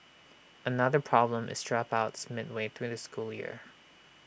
another problem is dropouts midway through the school year